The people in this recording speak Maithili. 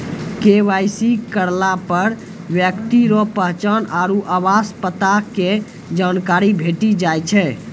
के.वाई.सी करलापर ब्यक्ति रो पहचान आरु आवास पता के जानकारी भेटी जाय छै